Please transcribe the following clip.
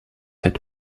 had